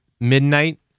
Midnight